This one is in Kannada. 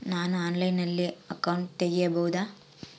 ನಾನು ಆನ್ಲೈನಲ್ಲಿ ಅಕೌಂಟ್ ತೆಗಿಬಹುದಾ?